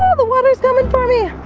ah the water is coming for me.